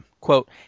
quote –